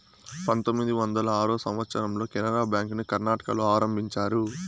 పంతొమ్మిది వందల ఆరో సంవచ్చరంలో కెనరా బ్యాంకుని కర్ణాటకలో ఆరంభించారు